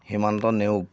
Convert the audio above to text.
Himanta Neog